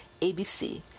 ABC